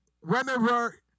whenever